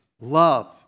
love